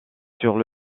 sur